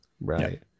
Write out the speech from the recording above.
right